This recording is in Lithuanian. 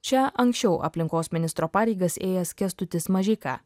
čia anksčiau aplinkos ministro pareigas ėjęs kęstutis mažeika